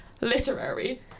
Literary